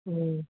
उम